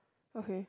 okay